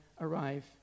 arrive